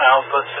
Alpha